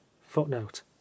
footnote